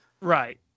Right